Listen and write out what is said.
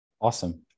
Awesome